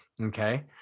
okay